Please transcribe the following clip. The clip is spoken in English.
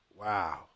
Wow